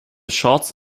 shorts